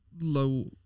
low